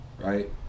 Right